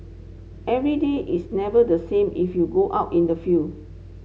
every day is never the same if you go out in the field